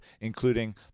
including